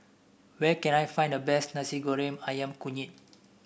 where can I find the best Nasi Goreng ayam kunyit